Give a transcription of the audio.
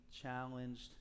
challenged